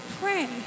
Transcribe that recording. pray